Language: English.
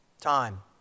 time